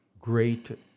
great